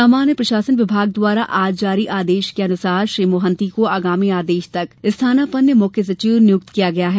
सामान्य प्रशासन विभाग द्वारा आज जारी आदेश के मुताबिक श्री मोहन्ती को आगामी आदेश तक स्थानापन्न मुख्य सचिव नियुक्त किया गया है